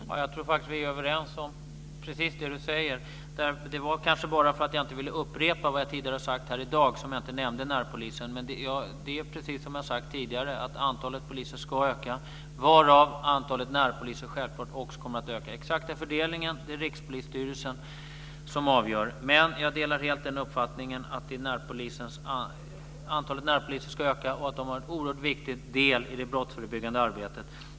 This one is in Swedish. Fru talman! Jag tror faktiskt att vi är överens om det frågeställaren säger. Det var bara för att jag inte ville upprepa vad jag tidigare sagt här i dag som jag inte nämnde närpolisen. Men det är precis som jag sagt tidigare att antalet poliser ska öka, varvid antalet närpoliser självklart också kommer att öka. Den exakta fördelningen är det Rikspolisstyrelsen som avgör. Jag delar helt den uppfattningen att antalet närpoliser måste öka och att de har en oerhört viktig del i det brottsförebyggande arbetet.